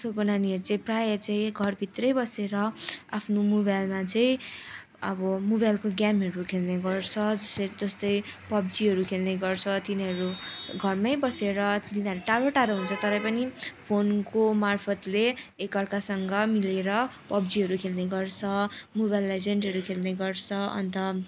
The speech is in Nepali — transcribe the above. आजकलको नानीहरू चाहिँ प्रायः चाहिँ घरभित्रै बसेर आफ्नो मोबाइलमा चाहिँ अब मोबाइलको गेमहरू खेल्ने गर्छ जस्तै पब्जीहरू खेल्ने गर्छ तिनीहरू घरमै बसेर तिनीहरू टाढो टाढो हुन्छ तरै पनि फोनको मार्फतले एकअर्कासँग मिलेर पब्जीहरू खेल्ने गर्छ मोबाइल लिजेन्डहरू खेल्ने गर्छ अन्त